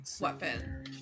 Weapon